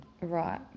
Right